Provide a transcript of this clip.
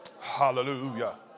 hallelujah